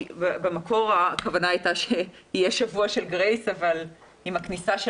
במקור הייתה כוונה שיהיה שבוע של גרייס אבל עם הכניסה של